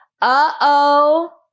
Uh-oh